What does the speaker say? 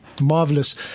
Marvelous